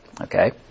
Okay